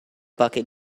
bucket